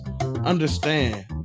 understand